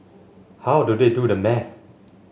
how do they do the maths